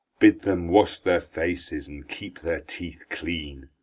bid them wash their faces and keep their teeth clean.